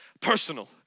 personal